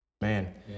Man